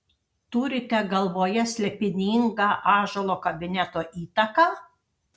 turite galvoje slėpiningą ąžuolo kabineto įtaką